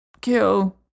kill